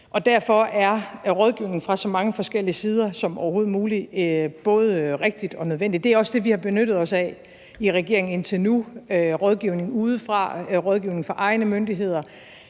derfor er rådgivning fra så mange forskellige sider som muligt både rigtigt og nødvendigt. Det er også det, vi har benyttet os af i regeringen indtil nu, altså rådgivning udefra og rådgivning fra egne myndigheder.